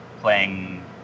playing